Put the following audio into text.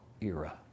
era